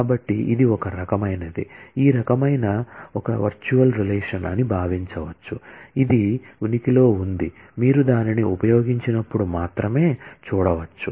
కాబట్టి ఇది ఒక రకమైనది ఒక రకమైన వర్చువల్ రిలేషన్ అని భావించవచ్చు ఇది ఉనికిలో ఉంది మీరు దానిని ఉపయోగించినప్పుడు మాత్రమే చూడవచ్చు